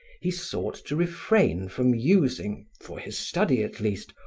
he sought to refrain from using, for his study at least,